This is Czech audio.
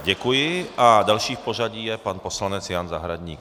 Děkuji a další v pořadí je pan poslanec Jan Zahradník.